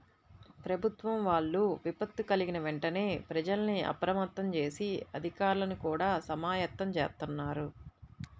ప్రభుత్వం వాళ్ళు విపత్తు కల్గిన వెంటనే ప్రజల్ని అప్రమత్తం జేసి, అధికార్లని గూడా సమాయత్తం జేత్తన్నారు